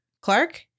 Clark